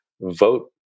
vote